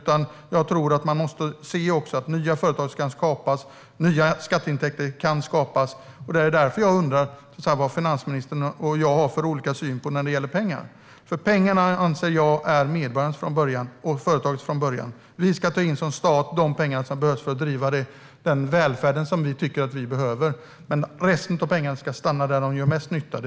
Man måste också se till att nya företag och skatteintäkter kan skapas. Jag undrar därför varför finansministern har en annan syn än jag när det gäller pengar. Jag anser att pengarna är medborgarnas och företagens från början. Vi ska som stat ta in de pengar som behövs för att bedriva den välfärd vi tycker behövs, men resten av pengarna ska stanna där de gör mest nytta.